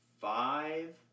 five